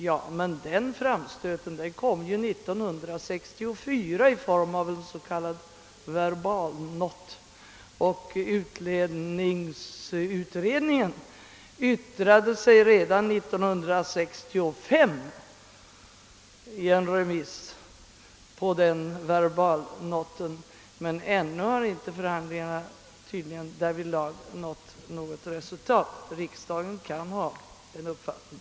Ja, men den framstöten gjordes ju 1964 i form av en s.k. verbalnot, och utlänningsutredningen yttrade sig redan 1965 i en remiss på den verbalnoten, men ännu har förhandlingarna tydligen inte nått något resultat. Riksdagen kan ha en uppfattning.